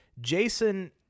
Jason